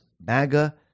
MAGA